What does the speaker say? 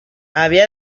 había